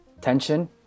Tension